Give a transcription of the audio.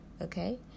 Okay